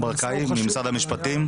ברקאי ממשרד המשפטים.